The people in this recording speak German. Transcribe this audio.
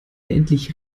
endlich